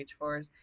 H4s